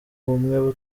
bumwe